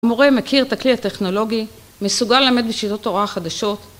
המורה מכיר את הכלי הטכנולוגי, מסוגל ללמד בשיטות הוראה החדשות